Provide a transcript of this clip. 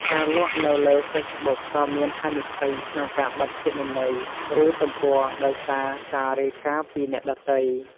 ការលក់នៅលើហ្វេសប៊ុកក៏មានហានិភ័យក្នុងការបិទគណនីឬទំព័រដោយសារការរាយការណ៍ពីអ្នកដទៃ។